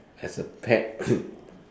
as a pet